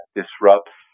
disrupts